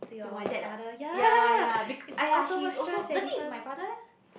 to my dad [ah]> ya ya bec~ she is also the thing is my father